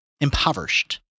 impoverished